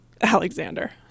Alexander